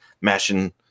mashing